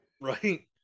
right